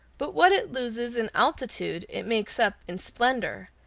but what it loses in altitude it makes up in splendor,